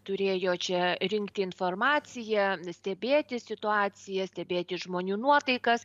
turėjo čia rinkti informaciją stebėti situaciją stebėti žmonių nuotaikas